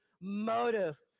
motive